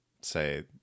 say